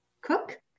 Cook